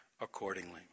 accordingly